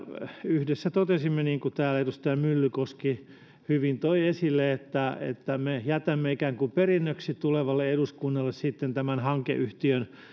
yhdessä totesimme niin kuin täällä edustaja myllykoski hyvin toi esille että me jätämme ikään kuin perinnöksi tulevalle eduskunnalle tämän hankeyhtiön